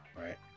Right